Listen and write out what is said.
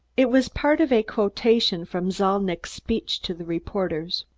it was part of a quotation from zalnitch's speech to the reporters.